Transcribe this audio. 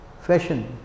Fashion